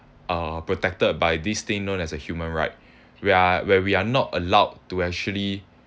are protected by these thing known as the human right we are where we're not allowed to actually